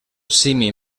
simi